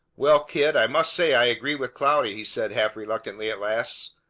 well, kid, i must say i agree with cloudy, he said half reluctantly at last.